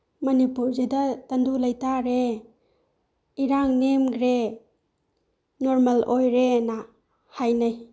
ꯃꯅꯤꯄꯨꯔꯁꯤꯗ ꯇꯪꯗꯨ ꯂꯩꯇꯥꯔꯦ ꯏꯔꯥꯡ ꯅꯦꯝꯈ꯭ꯔꯦ ꯅꯣꯔꯃꯦꯜ ꯑꯣꯏꯔꯦꯅ ꯍꯥꯏꯅꯩ